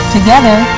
Together